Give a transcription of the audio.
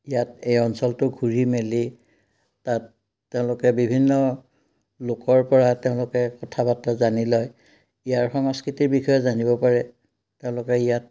ইয়াত এই অঞ্চলটো ঘূৰি মেলি তাত তেওঁলোকে বিভিন্ন লোকৰপৰা তেওঁলোকে কথা বতৰা জানি লয় ইয়াৰ সংস্কৃতিৰ বিষয়ে জানিব পাৰে তেওঁলোকে ইয়াত